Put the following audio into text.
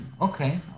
Okay